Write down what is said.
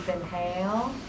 inhale